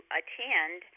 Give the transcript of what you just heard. attend